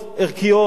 ערכיות,